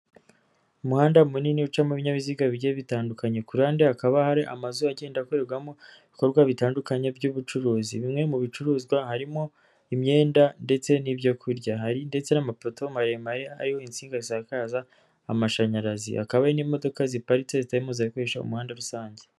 Umuhanda munini ucamo ibinyabiziga bigiye bitandukanye kuruhande hakaba hari amazu agenda akorerwamo ibikorwa bitandukanye by'ubucuruzi bimwe mu bicuruzwa harimo imyenda ndetse n'ibyo kurya hari ndetse n'amapoto maremare ariho insinga zisakaza amashanyarazi hakaba n'imodoka ziparitse zitarimo zirakoresha umuhanda rusange.